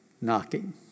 knocking